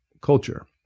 culture